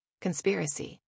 Conspiracy